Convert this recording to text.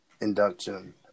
induction